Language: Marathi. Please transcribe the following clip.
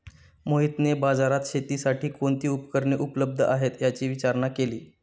मोहितने बाजारात शेतीसाठी कोणती उपकरणे उपलब्ध आहेत, याची विचारणा केली